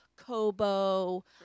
Kobo